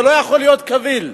זה לא יכול להיות קביל.